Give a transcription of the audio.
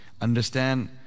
Understand